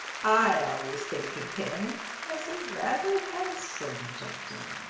i always think of him as a rather handsome gentleman.